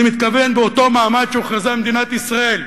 אני מתכוון באותו מעמד שהוכרזה מדינת ישראל?